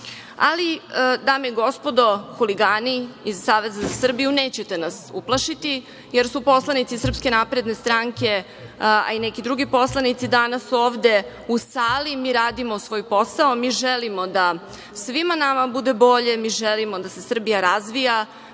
dame i gospodo, huligani iz Saveza sa Srbiju nećete nas uplašiti jer su poslanici SNS, a i neki drugi poslanici danas ovde u sali, mi radimo svoj posao, želimo da svima nama bude bolje, želimo da se Srbija razvija,